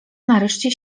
nareszcie